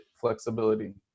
flexibility